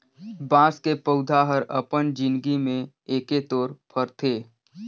बाँस के पउधा हर अपन जिनगी में एके तोर फरथे